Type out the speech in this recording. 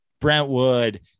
Brentwood